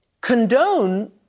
condone